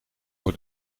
voor